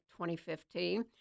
2015